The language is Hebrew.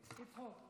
אדוני היושב-ראש,